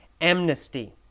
amnesty